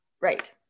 Right